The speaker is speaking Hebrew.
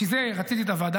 בשביל זה רציתי את הוועדה,